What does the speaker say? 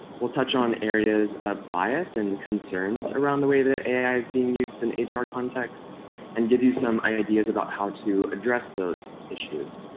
we'll touch on areas of bias and concerns around the way that ai is being used in ah hr contexts and give you some ideas about how to address those issues.